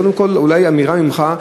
קודם כול אולי אמירה ממך,